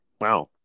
Wow